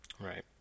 Right